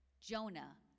Jonah